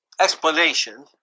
explanation